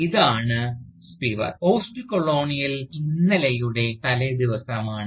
ഇതാണ് Spivak "postcolonial ഇന്നലെയുടെ തലേദിവസമാണ്